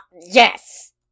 yes